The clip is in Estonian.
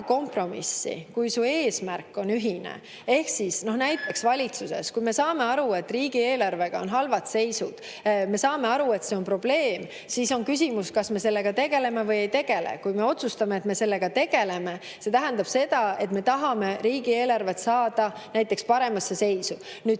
kompromissi, kui on ühine eesmärk. Näiteks, kui me valitsuses saame aru, et riigieelarve on halvas seisus, kui me saame aru, et see on probleem, siis on küsimus, kas me sellega tegeleme või ei tegele. Kui me otsustame, et me sellega tegeleme, siis see tähendab, et me tahame riigieelarve saada näiteks paremasse seisu.